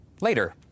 Later